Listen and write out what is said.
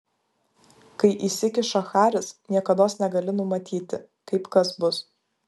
kai įsikiša haris niekados negali numatyti kaip kas bus